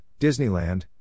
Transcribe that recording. Disneyland